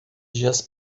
dias